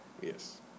Yes